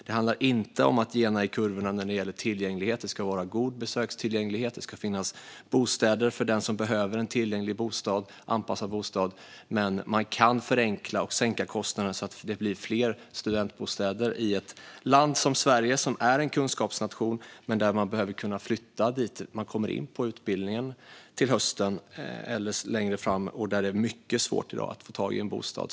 Det handlar inte om att gena i kurvorna när det gäller tillgänglighet. Det ska vara god besökstillgänglighet. Det ska finnas bostäder för den som behöver en anpassad bostad. Men man kan förenkla och sänka kostnaderna så att det blir fler studentbostäder i ett land som Sverige, som är en kunskapsnation men där man behöver kunna flytta dit där man kommer in på en utbildning till hösten eller längre fram och där det i dag är mycket svårt att få tag i en bostad.